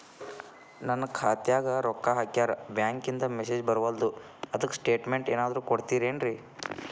ನನ್ ಖಾತ್ಯಾಗ ರೊಕ್ಕಾ ಹಾಕ್ಯಾರ ಬ್ಯಾಂಕಿಂದ ಮೆಸೇಜ್ ಬರವಲ್ದು ಅದ್ಕ ಸ್ಟೇಟ್ಮೆಂಟ್ ಏನಾದ್ರು ಕೊಡ್ತೇರೆನ್ರಿ?